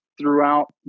throughout